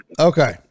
Okay